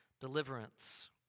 deliverance